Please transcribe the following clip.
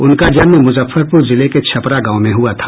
उनका जन्म मुजफ्फरपुर जिले के छपरा गांव में हुआ था